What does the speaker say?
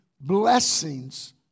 blessings